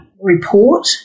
report